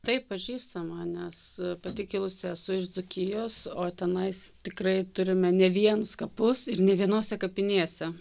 taip pažįstama nes pati kilusi esu iš dzūkijos o tenais tikrai turime ne vienus kapus ir ne vienose kapinėse